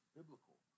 biblical